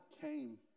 came